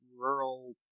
rural